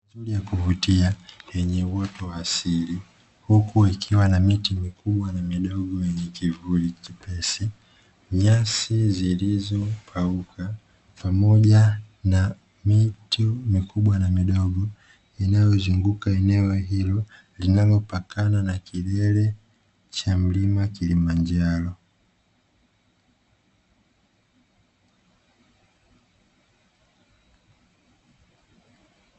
Mandhari nzuri ya kuvutia yenye uoto wa asili huku ikiwa na miti mikubwa na midogo yenye kivuli chepesi, nyasi zilizokauka pamoja na miti mikubwa na midogo inayozunguka eneo hilo; linalopakana na kilele cha mlima Kilimanjaro.